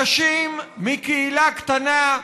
אנשים מקהילה קטנה,